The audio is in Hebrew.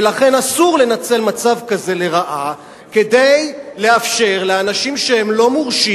ולכן אסור לנצל מצב כזה לרעה כדי לאפשר לאנשים שהם לא מורשים,